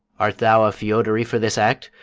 art thou a fedary for this act,